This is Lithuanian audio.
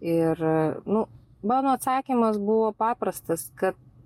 ir nu mano atsakymas buvo paprastas kad